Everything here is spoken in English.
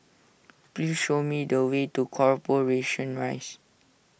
please show me the way to Corporation Rise